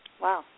Wow